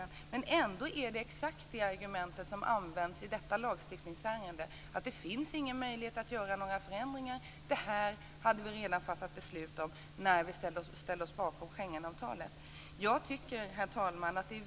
Men ändå är det exakt det argumentet som används i detta lagstiftningsärende, nämligen att det inte finns någon möjlighet att göra några förändringar. Vi har redan fattat beslut om detta när vi ställde oss bakom Schengenavtalet. Herr talman!